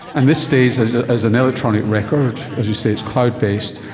and this stays ah as an electronic record. as you say, it's cloud-based,